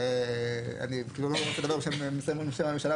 אני לא רוצה לדבר בשם משרדי הממשלה,